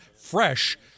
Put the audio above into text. fresh